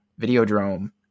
Videodrome